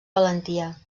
valentia